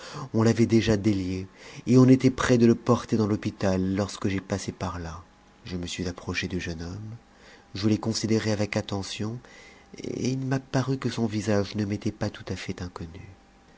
on l'avait déjà délié et on était près de le porter dans l'hôpital lorsque j'ai passé par là je me suis approché du jeune homme je l'ai considéré avec attention et il m'a paru que son visage ne m'était pas tout à fait inconnu